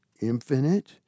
infinite